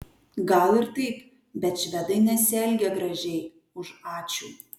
gal ir taip bet švedai nesielgia gražiai už ačiū